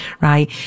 right